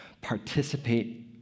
participate